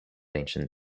ancient